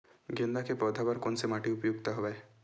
गेंदा के पौधा बर कोन से माटी उपयुक्त हवय?